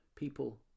People